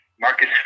Marcus